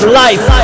life